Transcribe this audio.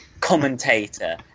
commentator